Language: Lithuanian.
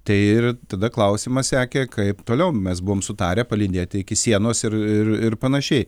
tai ir tada klausimas sekė kaip toliau mes buvom sutarę palydėti iki sienos ir ir ir panašiai